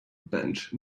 bench